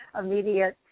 immediate